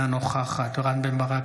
אינה נוכחת רם בן ברק,